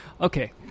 Okay